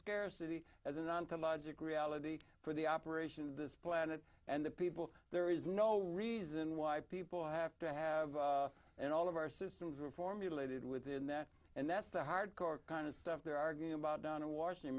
scarcity as an ontological reality for the operation of this planet and the people there is no reason why people have to have and all of our systems are formulated within that and that's the hard core kind of stuff they're arguing about down in washing